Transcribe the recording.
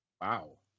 Wow